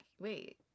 wait